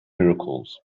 miracles